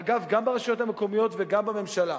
אגב גם ברשויות המקומיות וגם בממשלה?